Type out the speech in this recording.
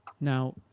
Now